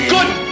Good